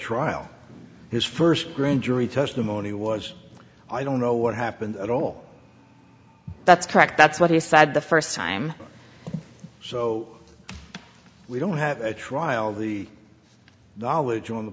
trial his first grand jury testimony was i don't know what happened at all that's correct that's what he said the first time so we don't have a trial the knowledge on the